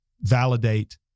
validate